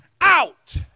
out